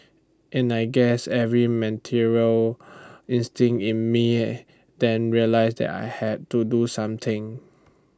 and I guess every maternal instinct in me then realised that I had to do something